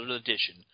Edition